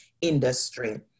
industry